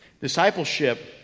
Discipleship